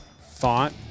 thought